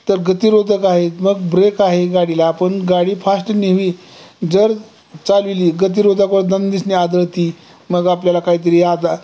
तर गतिरोधक आहेत मग ब्रेक आहे गाडीला आपण गाडी फास्ट न्यावी जर चालविली गतिरोधकवर दंदिशिनी आदळती मग आपल्याला काहीतरी यादा